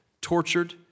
tortured